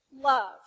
love